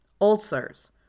Ulcers